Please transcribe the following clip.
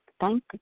thank